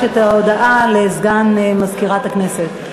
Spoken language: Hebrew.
יש הודעה לסגן מזכירת הכנסת.